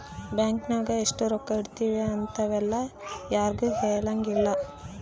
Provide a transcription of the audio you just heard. bank ನಾಗ ಎಷ್ಟ ರೊಕ್ಕ ಇಟ್ತೀವಿ ಇಂತವೆಲ್ಲ ಯಾರ್ಗು ಹೆಲಂಗಿಲ್ಲ